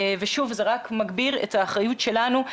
שוב, זה רק מגביר את האחריות שלנו.